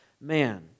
man